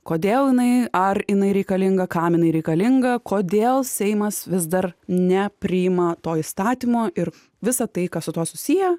kodėl inai ar inai reikalinga kam inai reikalinga kodėl seimas vis dar nepriima to įstatymo ir visą tai kas su tuo susiję